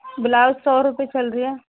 blouse सौ रुपए चल रहा